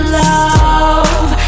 love